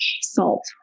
salt